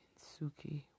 Suki